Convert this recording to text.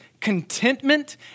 contentment